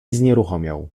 znieruchomiał